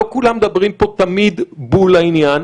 לא כולם מדברים פה תמיד בול לעניין,